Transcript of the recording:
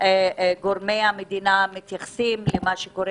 גורמי המדינה מתייחסים למה שקורה